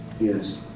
Yes